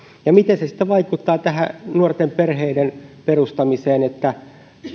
miten se sitten vaikuttaa nuorten perheiden perustamiseen